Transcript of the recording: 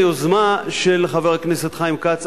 היוזמה של חבר הכנסת חיים כץ,